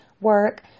work